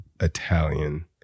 Italian